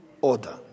order